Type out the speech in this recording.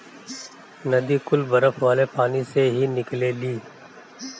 नदी कुल बरफ वाले पानी से ही निकलेली